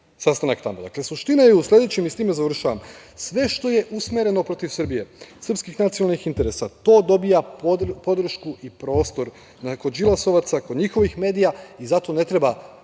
sastanak tamo. Dakle, suština je u sledećem i sa time završavam, sve što je usmereno protiv Srbije, srpskih nacionalnih interesa, to dobija podršku i prostor kod Đilasovaca, kod njihovih medija i zato ne treba